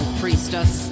priestess